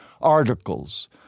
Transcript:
articles